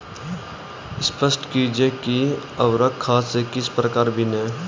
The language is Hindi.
स्पष्ट कीजिए कि उर्वरक खाद से किस प्रकार भिन्न है?